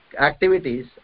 activities